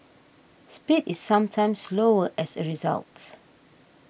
speed is sometimes slower as a result